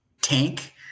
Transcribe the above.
tank